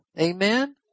Amen